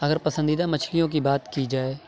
اگر پسندیدہ مچھلیوں کی بات کی جائے